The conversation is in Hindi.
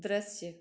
दृश्य